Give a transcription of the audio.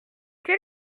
quel